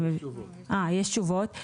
יש תשובות.